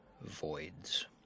Voids